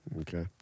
Okay